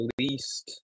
least